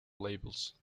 labels